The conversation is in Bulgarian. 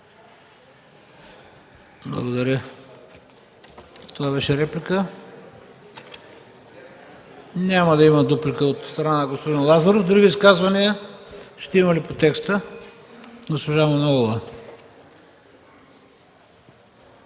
Благодаря. Това беше реплика. Няма да има дуплика от страна на господин Лазаров. Други изказвания ще има ли по текста? Госпожа Манолова.